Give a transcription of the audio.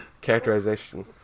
characterization